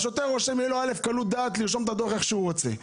השוטר יכול לרשום בקלות דעת איך שהוא רוצה,